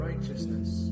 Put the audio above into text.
righteousness